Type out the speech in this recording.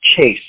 chase